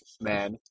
man